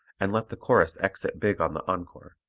and let the chorus exit big on the encore,